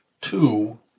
two